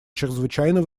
чрезвычайно